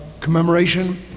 commemoration